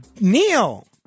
Neil